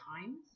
times